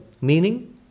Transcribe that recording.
Meaning